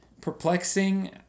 perplexing